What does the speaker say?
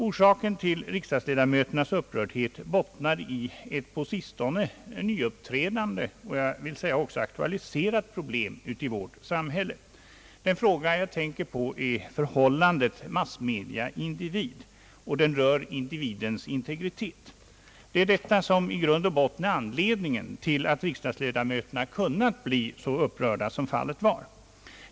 Orsaken = till riksdagsledamöternas upprördhet bottnar i ett på sistone nyuppträdande och jag vill säga också aktualiserat problem i vårt samhälle. Den fråga jag tänker på är förhållandet massmedia—individ, och den rör individens integritet. Det är detta som i grund och botten är anledningen till att riksdagsledamöterna kunnat bli så upprörda som fallet var.